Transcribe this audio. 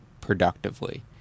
productively